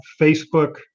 Facebook